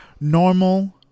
normal